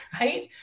right